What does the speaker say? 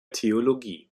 theologie